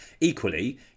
equally